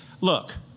look